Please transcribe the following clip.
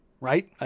right